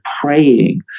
praying